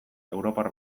europar